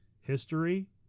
history